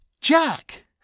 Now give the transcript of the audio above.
Jack